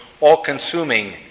all-consuming